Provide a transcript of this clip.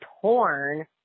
torn